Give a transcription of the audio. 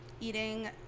eating